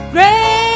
Great